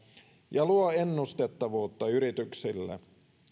ja luo ennustettavuutta yrityksille